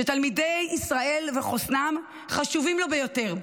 שתלמידי ישראל וחוסנם חשובים לו ביותר,